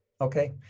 Okay